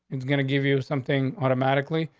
it's going to give you something automatically.